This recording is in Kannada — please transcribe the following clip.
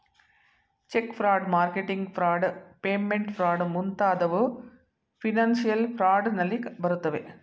check fraud, marketing fraud, payment fraud ಮುಂತಾದವು ಫಿನನ್ಸಿಯಲ್ ಫ್ರಾಡ್ ನಲ್ಲಿ ಬರುತ್ತವೆ